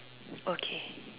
okay